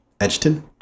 Edgerton